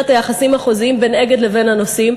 היחסים החוזיים בין "אגד" לבין הנוסעים.